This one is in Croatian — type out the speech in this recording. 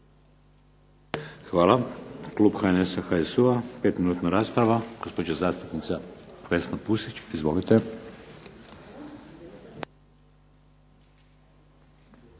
Hvala. Klub HNS-a, HSU-a, 5-minutna rasprava, gospođa zastupnica Vesna Pusić. Izvolite.